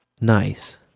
Nice